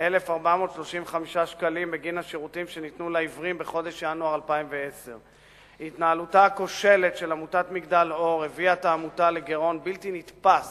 ו-52,435 שקלים בגין השירותים שניתנו לעיוורים בחודש ינואר 2010. התנהלותה הכושלת של עמותת "מגדל אור" הביאה את העמותה לגירעון בלתי נתפס